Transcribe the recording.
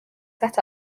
set